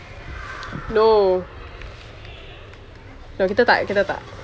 no kita tak kita tak